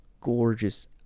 gorgeous